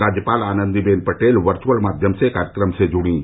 राज्यपाल आनन्दीबेन पटेल वर्च्अल माध्यम से कार्यक्रम से जुड़ीं